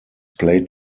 played